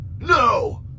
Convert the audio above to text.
No